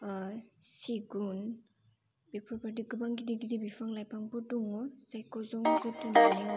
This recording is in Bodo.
सिगुन बेफोरबादि गोबां गिदिर गिदिर बिफां लाइफांफोर दङ जायखौ जों जोथोन लानायावबो